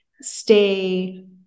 stay